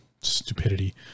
stupidity